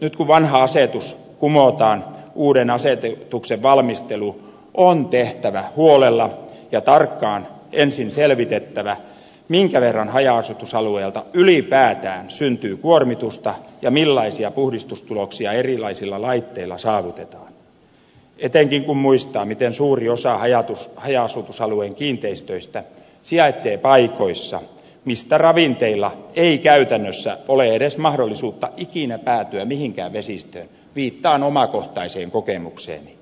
nyt kun vanha asetus kumotaan uuden asetuksen valmistelu on tehtävä huolella ja tarkkaan ensin selvitettävä minkä verran haja asutusalueilta ylipäätään syntyy kuormitusta ja millaisia puhdistustuloksia erilaisilla laitteilla saavutetaan etenkin kun muistaa miten suuri osa haja asutusalueiden kiinteistöistä sijaitsee paikoissa mistä ravinteilla ei käytännössä ole edes mahdollisuutta ikinä päätyä mihinkään vesistöön viittaan omakohtaiseen kokemukseeni